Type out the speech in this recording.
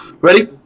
Ready